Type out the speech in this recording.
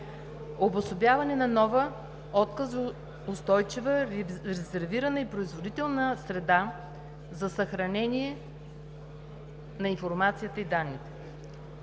обособяване на нова отказоустойчива, резервирана и производителна среда за съхранение на информацията и данните;